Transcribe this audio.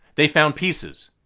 they found pieces.